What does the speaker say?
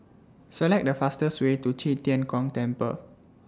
Select The fastest Way to Qi Tian Gong Temple